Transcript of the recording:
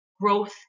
growth